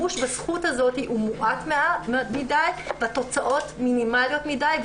השימוש בזכות הזאת הוא מועט מדי והתוצאות מינימליות מדי.